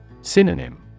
Synonym